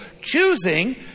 choosing